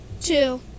two